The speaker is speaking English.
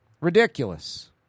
Ridiculous